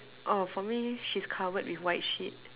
oh for me she's covered with white sheet